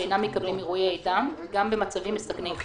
והם אינם מקבלים עירויי דם גם במצבים מסכני חיים.